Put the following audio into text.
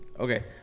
Okay